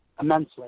immensely